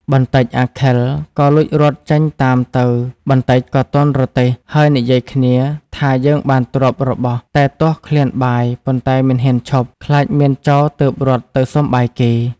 បន្តិចអាខិលក៏លួចរត់ចេញតាមទៅបន្ដិចក៏ទាន់រទេះហើយនិយាយគ្នាថាយើងបានទ្រព្យរបស់តែទាស់ឃ្លានបាយប៉ុន្តែមិនហ៊ានឈប់ខ្លាចមានចោរទើបរត់ទៅសុំបាយគេ។